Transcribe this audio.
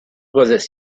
was